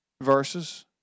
verses